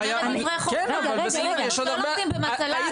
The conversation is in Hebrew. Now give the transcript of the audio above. היא אומרת דברי חוכמה: מיומנויות לא לומדים במטלה,